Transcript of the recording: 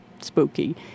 spooky